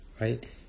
right